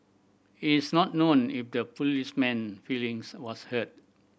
it is not known if the policeman feelings was hurt